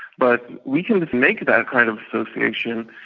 but we can just make that kind of association,